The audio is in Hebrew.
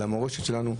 על המורשת שלנו,